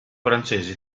francese